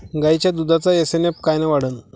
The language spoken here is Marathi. गायीच्या दुधाचा एस.एन.एफ कायनं वाढन?